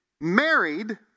married